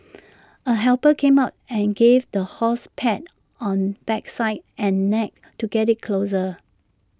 A helper came out and gave the horse pats on backside and neck to get IT closer